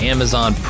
Amazon